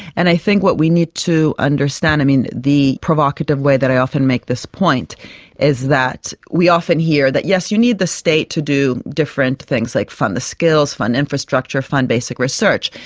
and i think what we need to understand, i mean, the provocative way that i often make this point is that we often hear that yes, you need the state to do different things like fund the skills, fund infrastructure, fund basic research,